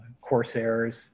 Corsairs